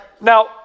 Now